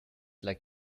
like